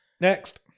Next